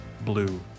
blue